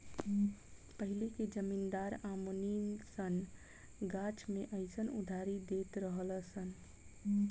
पहिले के जमींदार आ मुनीम सन गाछ मे अयीसन उधारी देत रहलन सन